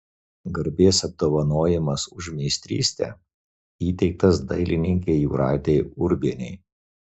garbės apdovanojimas už meistrystę įteiktas dailininkei jūratei urbienei